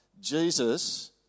Jesus